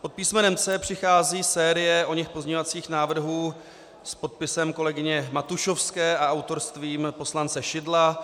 Pod písmenem C přichází série oněch pozměňovacích návrhů s podpisem kolegyně Matušovské a autorstvím poslance Šidla.